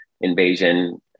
invasion